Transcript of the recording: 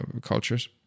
cultures